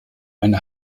eine